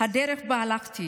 הדרך שבה הלכתי,